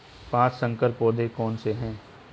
पाँच संकर पौधे कौन से हैं?